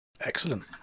excellent